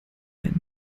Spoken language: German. einen